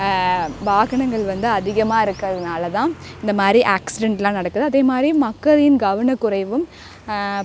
வாகனங்கள் வந்து அதிகமாக இருக்கிறதுனால தான் இந்த மாதிரி ஆக்ஸிடெண்ட்லாம் நடக்குது அதே மாதிரி மக்களின் கவனக்குறைவும்